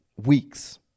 Weeks